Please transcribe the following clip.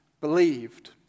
believed